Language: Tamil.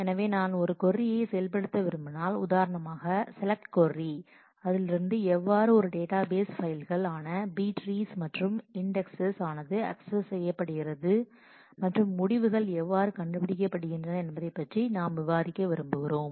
எனவே நான் ஒரு கொர்ரியை செயல்படுத்த விரும்பினால் உதாரணமாக செலக்ட் கொர்ரி அதிலிருந்து எவ்வாறு ஒரு டேட்டா பேஸ் ஃபைல்கள் ஆன B ட்ரீஸ் மற்றும் இன்டெக்ஸஸ் ஆனது அக்சஸ் செய்யப்படுகிறது மற்றும் முடிவுகள் எவ்வாறு கண்டுபிடிக்கப்படுகின்றன என்பதைப் பற்றி நாம் விவாதிக்க இருக்கிறோம்